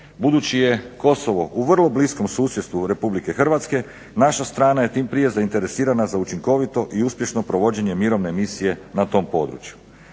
budući je Kosovo u vrlo bliskom susjedstvu Republike Hrvatske naša strana je tim prije zainteresirana za učinkovito i uspješno provođenje mirovne misije na tom području.